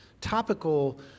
topical